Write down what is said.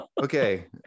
Okay